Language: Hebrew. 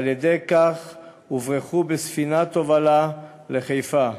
על-ידי כך שהוברחו בספינת תובלה לחיפה.